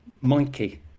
mikey